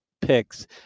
picks